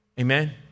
Amen